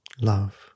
love